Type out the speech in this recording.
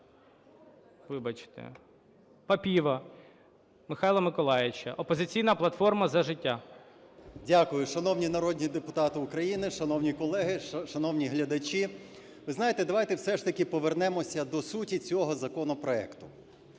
Вибачте, Папієва Михайла Миколайовича, "Опозиційна платформа – За життя". 18:09:50 ПАПІЄВ М.М. Дякую. Шановні народні депутати, шановні колеги, шановні глядачі! Ви знаєте, давайте все ж таки повернемося до суті цього законопроекту.